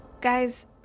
Guys